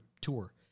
tour